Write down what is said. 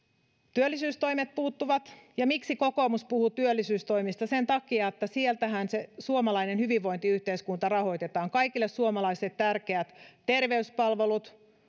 työllisyystoimet puuttuvat ja miksi kokoomus puhuu työllisyystoimista sen takia että sieltähän se suomalainen hyvinvointiyhteiskunta rahoitetaan kaikille suomalaisille tärkeät terveyspalvelut